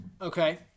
Okay